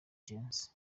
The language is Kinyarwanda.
jones